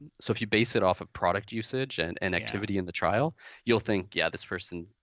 so if you base it off of product usage and and activity in the trial you'll think, yeah, this person,